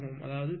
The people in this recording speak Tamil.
அதாவது 317